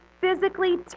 physically